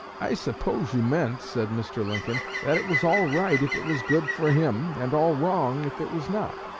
i suppose you meant said mr. lincoln, that it was all right if it was good for him, and all wrong if it was not.